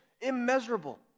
immeasurable